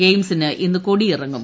ഗെയിംസിന് ഇന്ന് കൊടിയിറങ്ങും